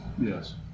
Yes